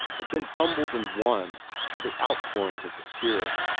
had been humbled and won by the outpourings of the spirit.